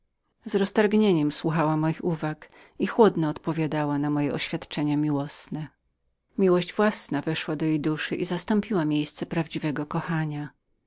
względzie zimno przyjęła moje uwagi i z obojętnością odpowiadała na moje oświadczenia miłosne miłość własna weszła do jej duszy i zastąpiła miejsce prawdziwego kochania